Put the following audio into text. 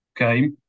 Okay